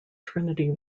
trinity